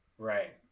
Right